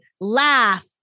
laugh